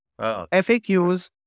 FAQs